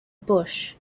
busch